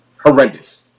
Horrendous